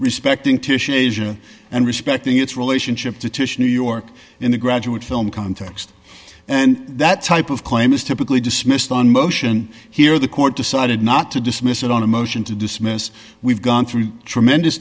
respecting titian asia and respecting its relationship to new york in the graduate film context and that type of claim is typically dismissed on motion here the court decided not to dismiss it on a motion to dismiss we've gone through a tremendous